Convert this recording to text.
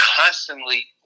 Constantly